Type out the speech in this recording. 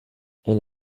elle